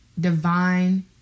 divine